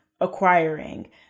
acquiring